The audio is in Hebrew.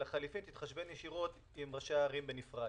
או לחליפין תתחשבן ישירות עם ראשי הערים בנפרד.